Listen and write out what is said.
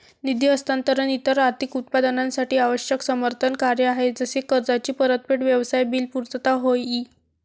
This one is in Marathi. निधी हस्तांतरण इतर आर्थिक उत्पादनांसाठी आवश्यक समर्थन कार्य आहे जसे कर्जाची परतफेड, व्यवसाय बिल पुर्तता होय ई